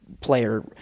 player